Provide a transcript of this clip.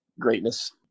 greatness